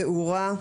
תאורה,